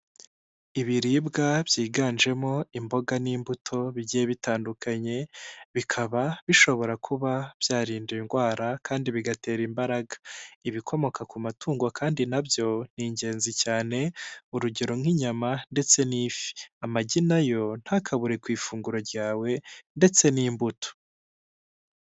Ibiribwa byiganjemo imboga n'imbuto bigiye bitandukanye, bikaba bishobora kuba byarinda indwara kandi bigatera imbaraga. Ibikomoka ku matungo kandi nabyo n’ingenzi cyane, urugero nk'inyama ndetse n'ifi, amagi na yo ntakabure ku ifunguro ryawe ndetse n'imbuto.